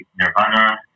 Nirvana